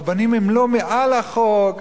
רבנים הם לא מעל לחוק,